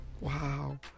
wow